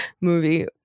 movie